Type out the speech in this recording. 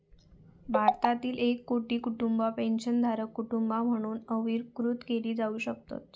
भारतातील एक कोटी कुटुंबा पेन्शनधारक कुटुंबा म्हणून वर्गीकृत केली जाऊ शकतत